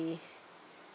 be